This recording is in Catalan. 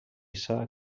s’ha